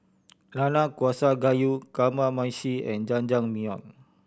Nanakusa Gayu Kamameshi and Jajangmyeon